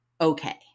okay